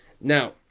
Now